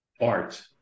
art